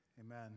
Amen